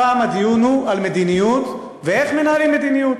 הפעם הדיון הוא על מדיניות ואיך מנהלים מדיניות,